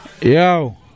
Yo